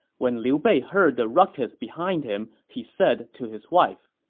when liu bei heard the ruckus behind him, he said to his wife,